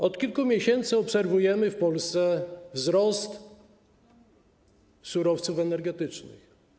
Od kilku miesięcy obserwujemy w Polsce wzrost cen surowców energetycznych.